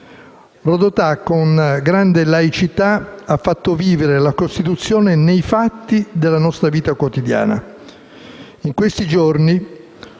Rodotà con grande laicità ha fatto vivere la Costituzione nei fatti della nostra vita quotidiana. In questi giorni,